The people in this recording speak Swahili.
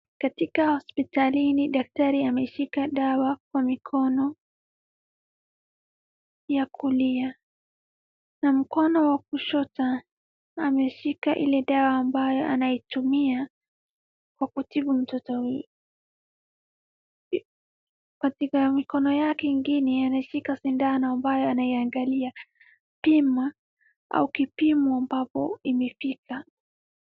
Katika hospitalini, daktari ameshika dawa kwa mikono ya kulia na mkono wa kushoto ameshika ile dawa ambayo anaitumia kwa kutibu mtoto huyo. Katika mkono yake ingine ameshika sindano ambayo anaiangalia pimwa au kipimo ambapo imefika.